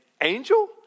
angel